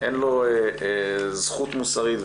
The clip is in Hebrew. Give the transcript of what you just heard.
אין לו זכות מוסרית,